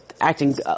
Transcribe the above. acting